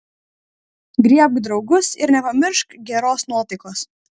griebk draugus ir nepamiršk geros nuotaikos